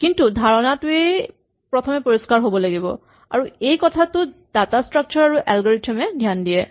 কিন্তু ধাৰণাটোৱেই প্ৰথমে পৰিস্কাৰ হ'ব লাগিব আৰু এই কথাটোত ডাটা স্ট্ৰাক্সাৰ আৰু এলগৰিথম এ ধ্যান দিয়ে